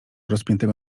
rozpiętego